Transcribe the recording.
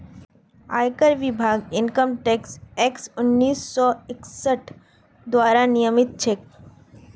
आयकर विभाग income tax act उन्नीस सौ इकसठ द्वारा नियमित छेक